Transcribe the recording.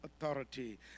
authority